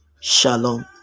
Shalom